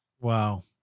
Wow